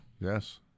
Yes